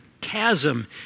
chasm